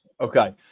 Okay